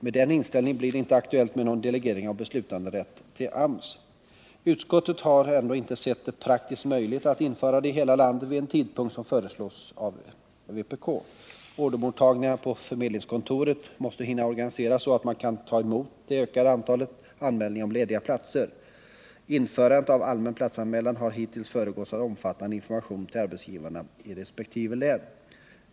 Med den inställningen blir det inte aktuellt med någon delegering av beslutanderätten till AMS. Utskottet har ändå inte sett det som praktiskt möjligt att införa lagen i hela landet vid den tidpunkt som föreslås av vpk. Ordermottagningarna på förmedlingskontoren måste hinna organiseras så att man kan ta emot det ökade antalet anmälningar om lediga platser. Införandet av allmän platsanmälan har hittills föregåtts av omfattande information till arbetsgivarna i resp. län.